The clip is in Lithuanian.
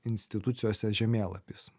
institucijose žemėlapis